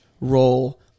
role